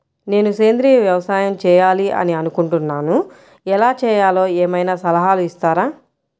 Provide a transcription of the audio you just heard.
నేను సేంద్రియ వ్యవసాయం చేయాలి అని అనుకుంటున్నాను, ఎలా చేయాలో ఏమయినా సలహాలు ఇస్తారా?